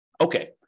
Okay